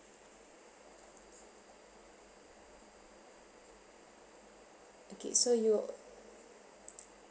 okay so you will